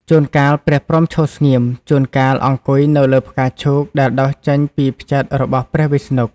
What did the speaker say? ជួនកាល ព្រះព្រហ្មឈរស្ងៀម ជួនកាលអង្គុយនៅលើផ្កាឈូកដែលដុះចេញពី ផ្ចិតរបស់ព្រះវិស្ណុ។